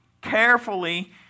carefully